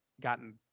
gotten